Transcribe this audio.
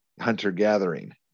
hunter-gathering